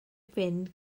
fynd